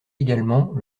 également